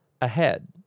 ahead